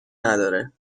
نداره